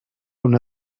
una